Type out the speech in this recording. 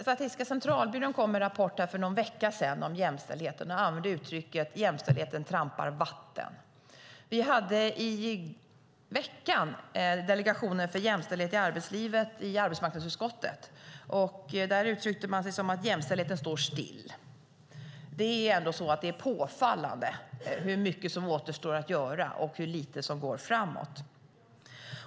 Statistiska centralbyrån kom med en rapport om jämställdhet för någon vecka sedan. Man använde uttrycket jämställdheten trampar vatten. Vi hade i veckan Delegationen för jämställdhet i arbetslivet i arbetsmarknadsutskottet. Där uttryckte man sig som att jämställdheten står still. Det är ändå påfallande hur mycket som återstår att göra och hur lite som går framåt.